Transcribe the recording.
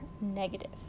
negative